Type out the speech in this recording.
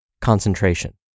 concentration